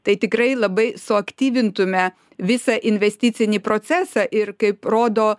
tai tikrai labai suaktyvintume visą investicinį procesą ir kaip rodo